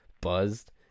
buzzed